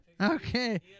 Okay